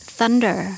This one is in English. Thunder